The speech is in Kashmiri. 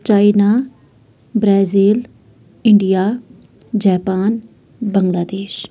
چاینا برازیٖل اِنٛڈیا جیپان بنگلہ دیش